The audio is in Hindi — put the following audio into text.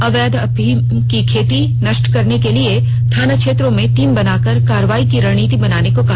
अवैध अफीम की खेती नष्ट करने के लिए थाना क्षेत्रों में टीम बनाकर कार्रवाई की रणनीति बनाने को कहा